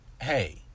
Hey